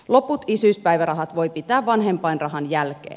loput isyyspäivärahat voi pitää vanhempainrahan jälkeen